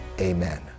amen